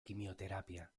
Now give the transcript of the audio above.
quimioterapia